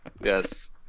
yes